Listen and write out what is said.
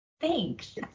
thanks